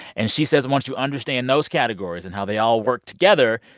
and she says once to understand those categories and how they all work together,